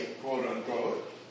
quote-unquote